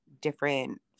different